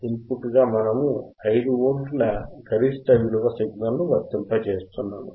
in put గా మనము 5 వోల్ట్ల గరిష్ట విలువ సిగ్నల్ ని వర్తింపజేస్తున్నాము